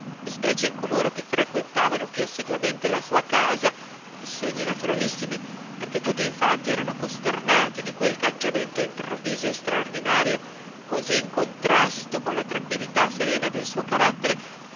specie in coloro che frequentavano piú assiduamente la sua casa segni naturalissimi perché tutti infatti erano costernati di quel cangiamento improvviso e straordinario cosí in contrasto con la tranquillità serena del suo carattere